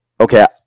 Okay